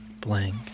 blank